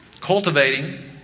cultivating